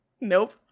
Nope